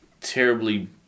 Terribly